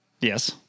Yes